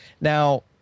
now